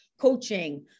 coaching